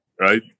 Right